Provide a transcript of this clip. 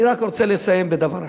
אני רק רוצה לסיים בדבר אחד.